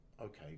okay